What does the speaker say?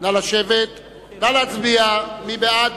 נא להצביע, מי בעד?